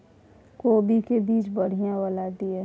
कोबी के बीज बढ़ीया वाला दिय?